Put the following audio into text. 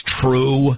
true